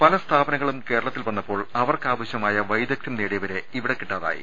പല സ്ഥാപനങ്ങളും കേരളത്തിൽ വന്നപ്പോൾ അവർക്കാവശൃമായ വൈദഗ്ധൃം നേടിയവരെ ഇവിടെ കിട്ടാതായി